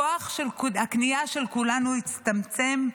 כוח הקנייה של כולנו יצטמצם,